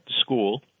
school